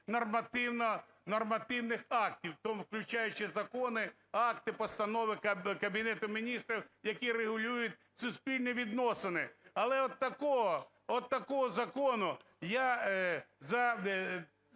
нормативних актів, включаючи закони, акти, постанови Кабінету Міністрів, які регулюють суспільні відносини. Але от такого, от такого закону я за